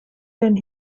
then